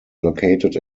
located